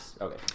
Okay